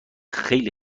خیلی